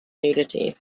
nudity